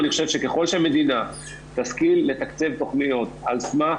אני חושב שככל שהמדינה תשכיל לתקצב תכניות על סמך